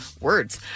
words